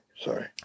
sorry